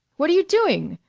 what are you doing?